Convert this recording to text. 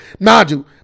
Naju